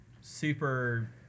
super